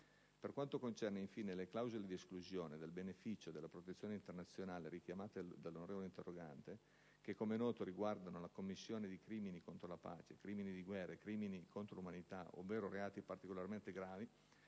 Per quanto concerne, infine, le clausole di esclusione dal beneficio della protezione internazionale, richiamate dall'onorevole interrogante (che, come è noto, riguardano la commissione di crimini contro la pace, crimini di guerra o crimini contro l'umanità ovvero reati particolarmente gravi),